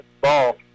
ball